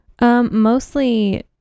Mostly